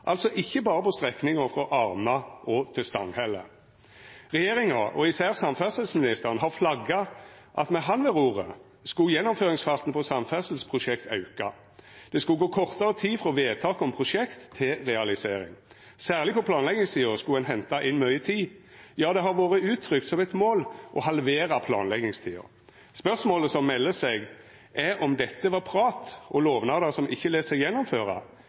altså ikkje berre på strekninga frå Arna til Stanghelle. Regjeringa, og især samferdselsministeren, har flagga at med han ved roret skulle gjennomføringsfarten på samferdselsprosjekt auka. Det skulle gå kortare tid frå vedtak om prosjekt til realisering. Særleg på planleggingssida skulle ein henta inn mykje tid. Ja, det har vore uttrykt som eit mål å halvera planleggingstida. Spørsmålet som melder seg, er om dette var prat og lovnader som ikkje lèt seg gjennomføra,